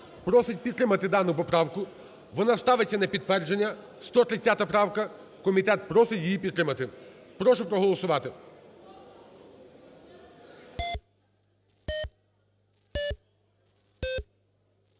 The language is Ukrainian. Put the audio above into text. просить підтримати дану поправку. Вона ставиться на підтвердження, 130 правка. Комітет просить її підтримати. 11:56:26 За-53